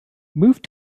move